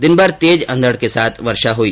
दिनभर तेज अंधड के साथ वर्षा हुई